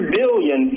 billion